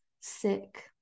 sick